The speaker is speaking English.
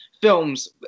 films